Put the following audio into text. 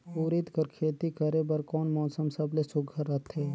उरीद कर खेती करे बर कोन मौसम सबले सुघ्घर रहथे?